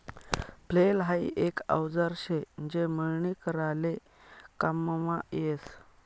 flail हाई एक औजार शे जे मळणी कराले काममा यस